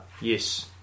Yes